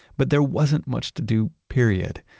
but there wasn't much to do period.